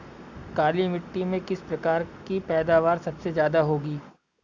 काली मिट्टी में किस फसल की पैदावार सबसे ज्यादा होगी?